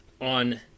on